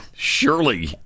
Surely